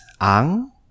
Ang